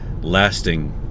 lasting